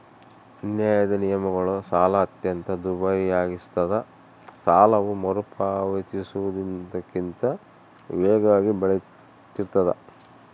ಅನ್ಯಾಯದ ನಿಯಮಗಳು ಸಾಲ ಅತ್ಯಂತ ದುಬಾರಿಯಾಗಿಸ್ತದ ಸಾಲವು ಮರುಪಾವತಿಸುವುದಕ್ಕಿಂತ ವೇಗವಾಗಿ ಬೆಳಿತಿರ್ತಾದ